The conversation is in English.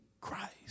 Christ